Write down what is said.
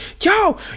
yo